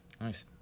Nice